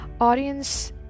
audience